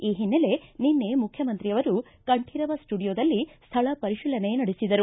ಈ ಹಿನ್ನೆಲೆ ನಿನ್ನೆ ಮುಖ್ಯಮಂತ್ರಿ ಅವರು ಕಂಠೀರವ ಸ್ಟುಡಿಯೋದಲ್ಲಿ ಸ್ವಳ ಪರಿಶೀಲನೆ ನಡೆಸಿದರು